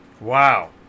Wow